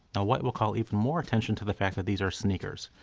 now white will call even more attention to the fact that these are sneakers,